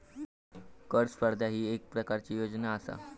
कर स्पर्धा ही येक प्रकारची योजना आसा